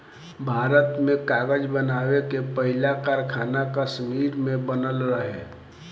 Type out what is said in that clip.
भारत में कागज़ बनावे के पहिला कारखाना कश्मीर में बनल रहे